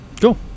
Cool